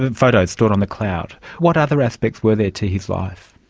photos stored on the cloud? what other aspects were there to his life?